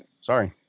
Sorry